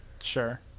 Sure